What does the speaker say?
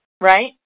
Right